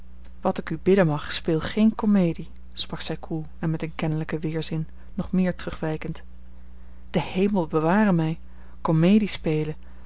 wat ik u bidden mag speel geen comedie sprak zij koel en met een kennelijken weerzin nog meer terugwijkend de hemel beware mij